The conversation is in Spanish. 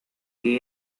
que